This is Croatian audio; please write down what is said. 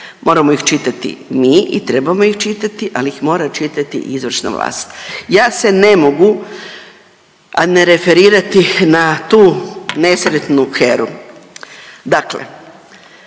moramo ih čitati mi i trebamo ih čitati, ali ih mora čitati i izvršna vlast. Ja se ne mogu, a ne referirati na tu nesretnu HERA-u. Dakle,